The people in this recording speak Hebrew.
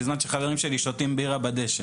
בזמן שחברים שלי שותים בירה בדשא.